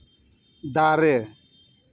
ᱫᱟᱨᱮ